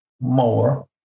more